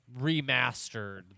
remastered